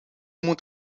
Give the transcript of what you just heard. moet